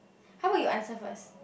how about you answer first